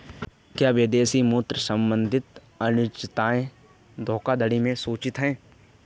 क्या विदेशी मुद्रा संबंधी अनियमितताएं धोखाधड़ी में सूचित हैं?